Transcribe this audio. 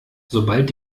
sobald